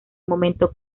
momento